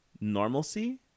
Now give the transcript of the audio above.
normalcy